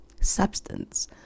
substance